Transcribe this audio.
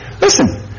Listen